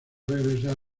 regresar